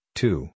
two